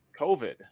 COVID